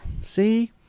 See